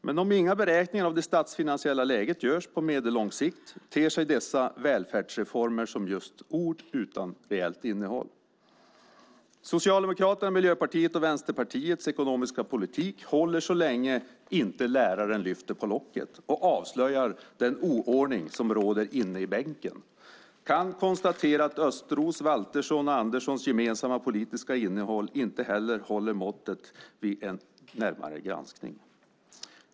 Men om inga beräkningar av det statsfinansiella läget görs på medellång sikt ter sig dessa välfärdsreformer som just ord utan reellt innehåll. Socialdemokraternas, Miljöpartiets och Vänsterpartiets ekonomiska politik håller så länge inte läraren lyfter på locket och avslöjar den oordning som råder inne i bänken. Man kan konstatera att Östros, Valterssons och Anderssons gemensamma politiska innehåll inte heller håller måttet vid en närmare granskning.